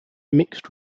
mixed